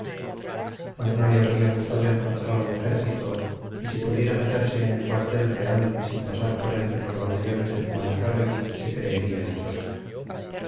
mas no le habría gustado encontrar al ejército y si pudiera meterse en el cuartel real sin pasar por entre los batallones de zumalacárregui se creería dichoso